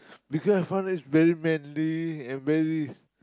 because fun is very manly and very